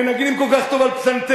מנגנים כל כך טוב על פסנתר,